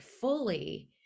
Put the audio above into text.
fully